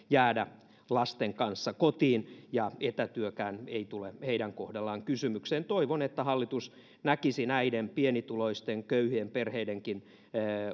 jäädä lasten kanssa kotiin ja etätyökään ei tule heidän kohdallaan kysymykseen toivon että hallitus näkisi näiden pienituloisten köyhien perheidenkin